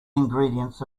ingredients